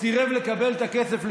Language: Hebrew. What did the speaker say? סירב לקבל את הכסף לצדקה.